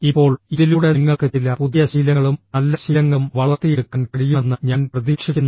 ഇപ്പോൾ ഇതിലൂടെ നിങ്ങൾക്ക് ചില പുതിയ ശീലങ്ങളും നല്ല ശീലങ്ങളും വളർത്തിയെടുക്കാൻ കഴിയുമെന്ന് ഞാൻ പ്രതീക്ഷിക്കുന്നു